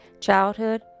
childhood